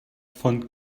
von